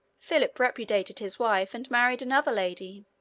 philip repudiated his wife and married another lady.